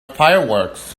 fireworks